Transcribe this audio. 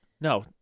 No